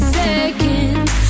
seconds